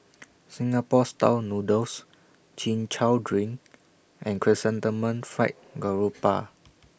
Singapore Style Noodles Chin Chow Drink and Chrysanthemum Fried Garoupa